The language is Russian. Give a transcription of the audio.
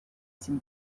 этим